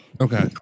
Okay